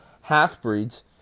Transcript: half-breeds